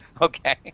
okay